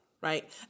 right